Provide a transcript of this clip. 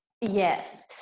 Yes